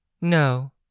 No